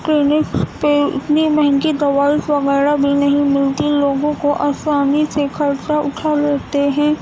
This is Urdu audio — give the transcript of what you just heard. کلینک پہ اتنی مہنگی دوائی وغیرہ بھی نہیں ملتی لوگوں کو آسانی سے خرچا اٹھا لیتے ہیں